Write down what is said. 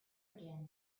again